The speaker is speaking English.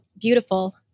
beautiful